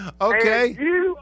Okay